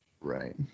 Right